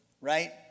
right